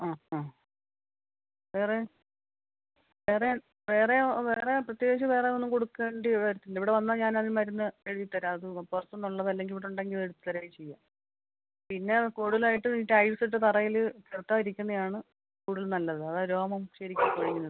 ആ ആ വേറെ വേറെ വേറെ വേറെ പ്രത്യേകിച്ച് വേറെ ഒന്നും കൊടുക്കേണ്ടി വരത്തില്ല ഇവിടെ വന്നാൽ ഞാൻ ആ മരുന്ന് എഴുതി തരാം അത് പുറത്തുന്നുള്ളതല്ലെങ്കിൽ ഇവിടുണ്ടെങ്കിൽ എടുത്ത് തരാം ചെയ്യാം പിന്നെ കൂടുതലായിട്ടും ഈ ടൈൽസിട്ട തറയിൽ നിലത്ത് ഇരിക്കുന്നതാണ് കൂടുതൽ നല്ലത് അതാ രോമം ശരിക്ക് കൊഴിയുന്നത്